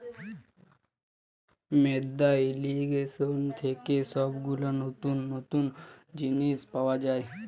মাদ্দা ইর্রিগেশন থেক্যে সব গুলা লতুল লতুল জিলিস পাওয়া যায়